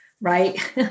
right